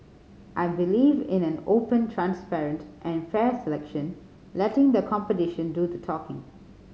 I believe in an open transparent and fair selection letting the competition do the talking